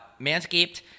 Manscaped